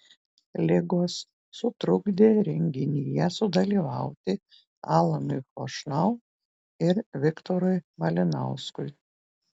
ligos sutrukdė renginyje sudalyvauti alanui chošnau ir viktorui malinauskui